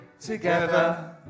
together